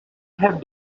have